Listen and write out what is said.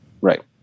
right